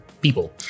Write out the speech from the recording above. people